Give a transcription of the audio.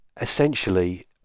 essentially